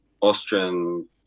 Austrian